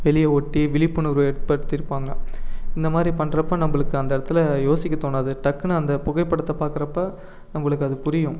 வெளியே ஒட்டி விழிப்புணர்வு ஏற்படுத்தியிருப்பாங்க இந்தமாதிரி பண்றப்போ நம்மளுக்கு அந்த இடத்துல யோசிக்க தோணாது டக்குன்னு அந்த புகைப்படத்தை பார்க்குறப்ப நம்மளுக்கு அது புரியும்